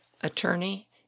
attorney